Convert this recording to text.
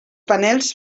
panels